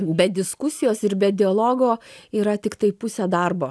be diskusijos ir be dialogo yra tiktai pusė darbo